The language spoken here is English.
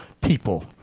people